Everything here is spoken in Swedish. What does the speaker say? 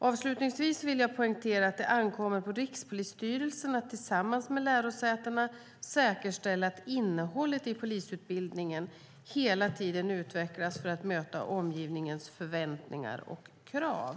Avslutningsvis vill jag poängtera att det ankommer på Rikspolisstyrelsen att tillsammans med lärosätena säkerställa att innehållet i polisutbildningen hela tiden utvecklas för att möta omgivningens förväntningar och krav.